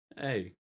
Hey